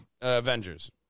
Avengers